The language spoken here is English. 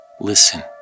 Listen